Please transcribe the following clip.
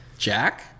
Jack